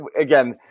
again